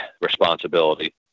responsibility